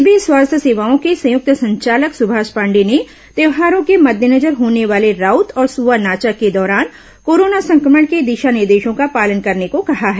इस बीच स्वास्थ्य सेवाओं के संयुक्त संचालक सुमाष पांडेय ने त्यौहारों के मद्देनजर होने वाले राउत और सुआ नाचा के दौरान कोरोना संक्रमण के दिशा निर्देशों का पालन करने को कहा है